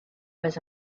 was